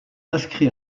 inscrit